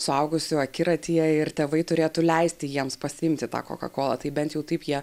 suaugusių akiratyje ir tėvai turėtų leisti jiems pasiimti tą koka kolą tai bent jau taip jie